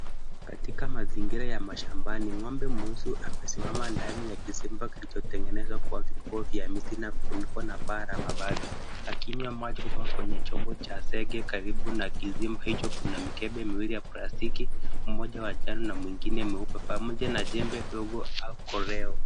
Katika mazingira ya mashambani, ng'ombe mweusi amesimama ndani ya kizimba kilichotengenezwa kwa vikoo vya miti na kufunikwa kwa paa la mabati, akinywa maji huko kwenye chombo cha zege. Karibu na kizimba hicho kuna mikebe miwili ya plastiki, mmoja wa njano na mwengine mweupe, pamoja na jembe dogo au koleo.